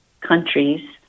countries